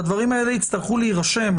הדברים האלה יצטרכו להירשם,